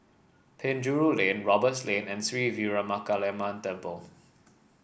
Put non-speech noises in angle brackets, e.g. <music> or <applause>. Penjuru Lane Roberts Lane and Sri Veeramakaliamman Temple <noise>